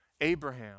Abraham